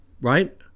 right